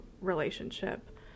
relationship